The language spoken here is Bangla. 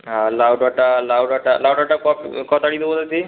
হ্যাঁ আর লাউ ডাঁটা লাউ ডাঁটা লাউ ডাঁটা দেবো দিদি